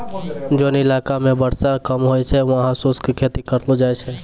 जोन इलाका मॅ वर्षा कम होय छै वहाँ शुष्क खेती करलो जाय छै